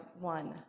one